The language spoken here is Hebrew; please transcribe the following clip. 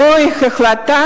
זוהי החלטה